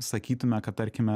sakytume kad tarkime